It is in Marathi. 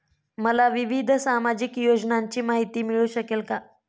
मला विविध सामाजिक योजनांची माहिती मिळू शकेल का?